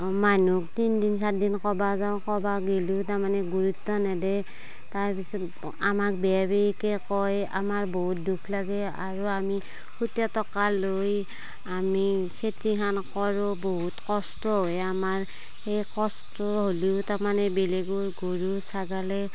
মানুহক তিনিদিন চাৰি দিন কব যাওঁ কব গেলিও তাৰমানে গুৰুত্ব নেদেই তাৰ পিছত আমাক বেয়া বেয়িকৈ কয় আমাৰ বহুত দূখ লাগে আৰু আমি সূতে টকা লৈ আমি খেতিখান কৰোঁ বহুত কষ্ট হয় আমাৰ সেই কষ্ট হ'লেও তাৰমানে বেলেগৰ গৰু ছাগালে